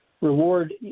reward